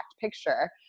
picture